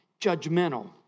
judgmental